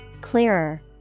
clearer